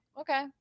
Okay